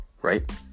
right